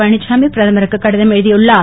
பழனிச்சாமி பிரதருக்கு கடிதம் எழுதியுள்ளார்